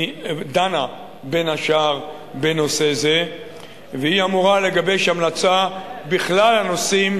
דנה בין השאר בנושא זה והיא אמורה לגבש המלצה בכלל הנושאים